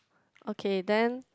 okay then